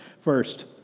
First